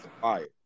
fire